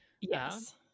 Yes